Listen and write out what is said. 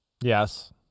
Yes